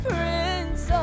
Prince